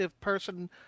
person